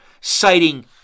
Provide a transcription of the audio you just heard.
citing